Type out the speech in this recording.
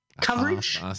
coverage